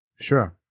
Sure